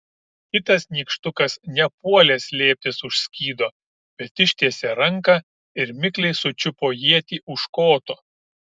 kitas nykštukas nepuolė slėptis už skydo bet ištiesė ranką ir mikliai sučiupo ietį už koto